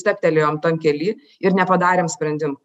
stabtelėjom tam kely ir nepadarėm sprendimų